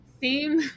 theme